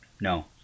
No